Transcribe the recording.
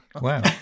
Wow